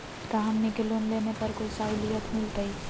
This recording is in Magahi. का हमनी के लोन लेने पर कोई साहुलियत मिलतइ?